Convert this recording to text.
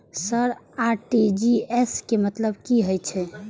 Sir RTGS के मतलब की हे छे?